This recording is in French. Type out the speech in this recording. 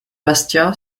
bastia